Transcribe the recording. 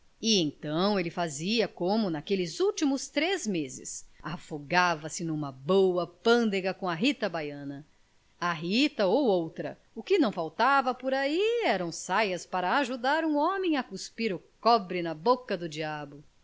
então ele fazia como naqueles últimos três meses afogava se numa boa pândega com a rita baiana a rita ou outra o que não faltava por aí eram saias para ajudar um homem a cuspir o cobre na boca do diabo